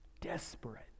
Desperate